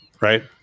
right